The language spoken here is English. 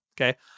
okay